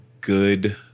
good